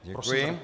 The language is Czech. Děkuji.